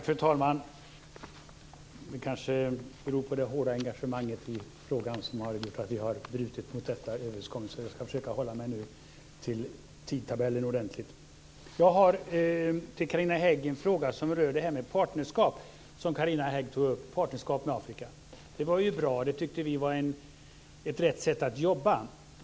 Fru talman! Det kanske beror på det hårda engagemang i frågan som har gjort att vi har brutit mot denna överenskommelse. Jag ska försöka hålla mig till tidtabellen. Jag har en fråga till Carina Hägg som rör partnerskap med Afrika. Vi tyckte att det var rätt sätt att jobba på.